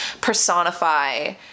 personify